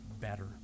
better